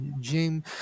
Jim